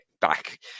back